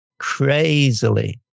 crazily